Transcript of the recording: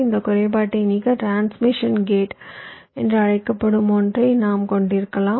இந்த குறைபாட்டை நீக்க டிரான்ஸ்மிஷன் கேட் என்று அழைக்கப்படும் ஒன்றை நாம் கொண்டிருக்கலாம்